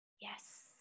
Yes